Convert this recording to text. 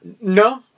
No